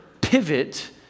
pivot